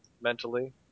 mentally